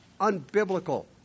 unbiblical